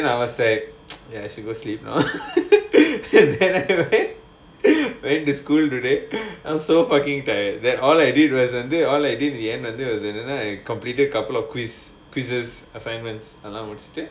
then I was like ya I should go sleep now then I went to school today I was so fucking tired that all I did was வந்து:vandhu completed couple of quiz quizzes assignment அதெல்லாம் முடிச்சிட்டு:adhellaam mudichchittu